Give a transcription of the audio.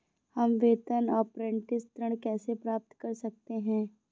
हम वेतन अपरेंटिस ऋण कैसे प्राप्त कर सकते हैं?